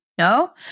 No